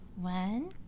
One